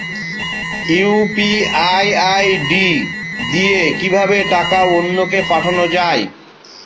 UPI ID দিয়ে কিভাবে টাকা অন্য কে পাঠানো যায়?